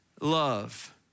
love